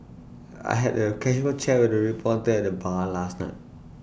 I had A casual chat with A reporter at the bar last night